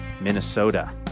Minnesota